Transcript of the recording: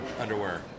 underwear